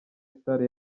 salle